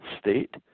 state